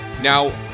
Now